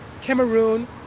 Cameroon